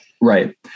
Right